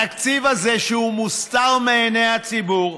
התקציב הזה, שהוא מוסתר מעיני הציבור,